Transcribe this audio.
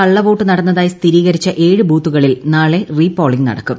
കള്ളവോട്ട് നടന്നതായി സ്ഥിരീകരിച്ച ഏഴ് കേരളത്തിൽ ബൂത്തുകളിൽ നാളെ റീ പോളിംഗ് നടക്കും